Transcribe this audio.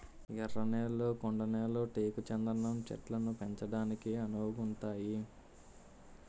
ఎర్ర నేళ్లు కొండ నేళ్లు టేకు చందనం చెట్లను పెంచడానికి అనువుగుంతాయి